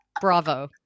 Bravo